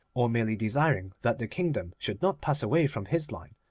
or merely desiring that the kingdom should not pass away from his line,